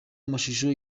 amashusho